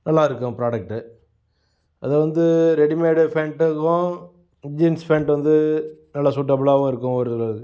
நல்லாயிருக்கும் ப்ராடக்ட்டு அதை வந்து ரெடிமேடு ஃபேன்ட்டுக்கும் ஜீன்ஸ் ஃபேன்ட் வந்து நல்ல ஷூட்டபுலாகவும் இருக்கும் ஒரு